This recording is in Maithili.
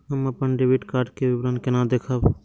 हम अपन डेबिट कार्ड के विवरण केना देखब?